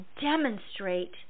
demonstrate